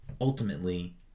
ultimately